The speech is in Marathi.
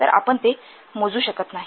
तर आपण ते मोजू शकत नाही